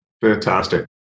Fantastic